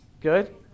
Good